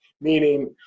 Meaning